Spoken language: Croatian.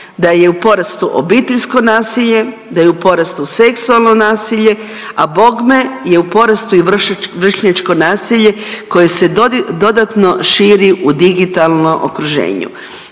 da je u porastu obiteljsko nasilje, da je u porastu seksualno nasilje, a bogme je u porastu i vršnjačko nasilje koje se dodatno širi u digitalnom okruženju.